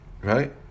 right